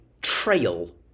Trail